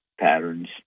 patterns